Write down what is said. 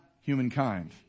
humankind